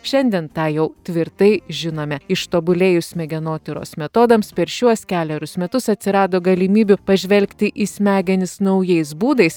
šiandien tą jau tvirtai žinome ištobulėjus smegenotyros metodams per šiuos kelerius metus atsirado galimybių pažvelgti į smegenis naujais būdais